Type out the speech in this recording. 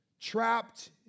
trapped